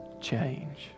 change